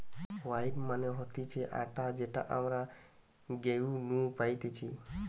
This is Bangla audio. হোইট মানে হতিছে আটা যেটা আমরা গেহু নু পাইতেছে